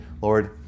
Lord